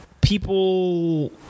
People